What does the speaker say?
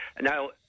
Now